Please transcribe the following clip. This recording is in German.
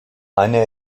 eine